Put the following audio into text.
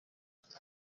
nkuko